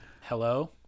hello